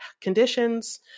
conditions